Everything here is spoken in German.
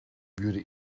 würde